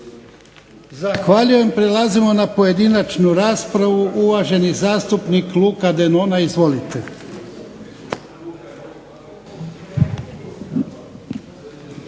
Zahvaljujem. Prelazimo na pojedinačnu raspravu. Uvaženi zastupnik Luka Denona, izvolite.